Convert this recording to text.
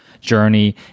journey